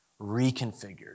reconfigured